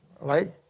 right